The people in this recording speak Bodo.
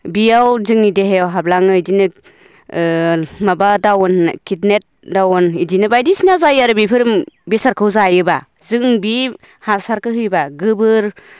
बेयाव जोंनि देहायाव हाबलाङो बिदिनो माबा दाउन खिदनि दाउन बिदिनो बायदिसिना जायो आरो बेफोरो बेसारखौ जायोबा जों बे हासारखौ होयोबा गोबोर